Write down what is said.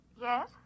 Yes